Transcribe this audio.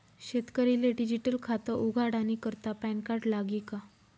शेतकरीले डिजीटल खातं उघाडानी करता पॅनकार्ड लागी का?